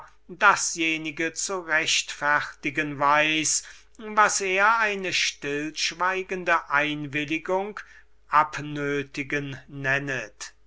dasjenige zu rechtfertigen weiß was er eine stillschweigende einwilligung abnötigen nennet